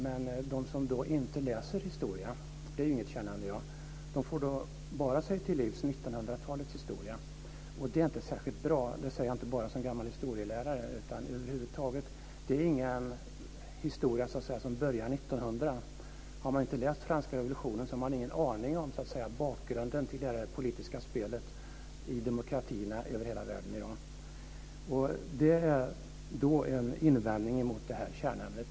Men de som inte läser historia, vilket ju inte är ett kärnämne i dag, får bara undervisning i 1900 talets historia, vilket inte är särskilt bra. Och det säger jag inte bara som gammal historielärare. Det är ingen historia som börjar 1900. Om man inte har läst om franska revolutionen så har man ingen aning om bakgrunden till det politiska spelet i demokratierna över hela världen i dag. Det är en invändning mot detta kärnämne.